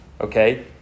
Okay